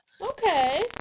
Okay